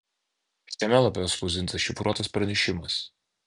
šiame lape atspausdintas šifruotas pranešimas